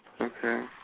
Okay